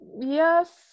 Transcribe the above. yes